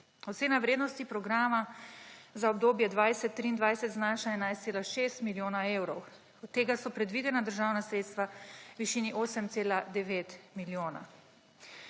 Ocena vrednosti programa za obdobje 2020–2023 znaša 11,6 milijona evrov. Od tega so predvidena državna sredstva v višini 8,9 milijona.